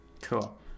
Cool